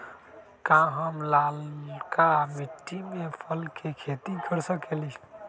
का हम लालका मिट्टी में फल के खेती कर सकेली?